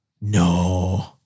No